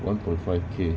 one point five K